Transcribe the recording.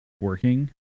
working